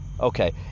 Okay